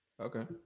Okay